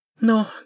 No